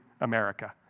America